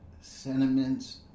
sentiments